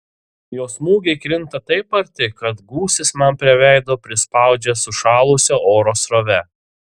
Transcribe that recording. jo smūgiai krinta taip arti kad gūsis man prie veido prispaudžia sušalusio oro srovę